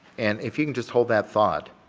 and if you can just hold that thought,